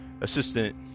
assistant